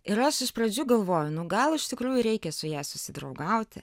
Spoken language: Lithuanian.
ir aš iš pradžių galvoju nu gal iš tikrųjų reikia su ja susidraugauti